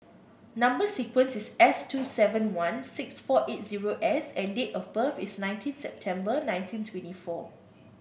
number sequence is S two seven one six four eight zero S and date of birth is nineteen September nineteen twenty four